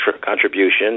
contribution